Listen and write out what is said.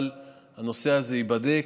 אבל הנושא הזה ייבדק,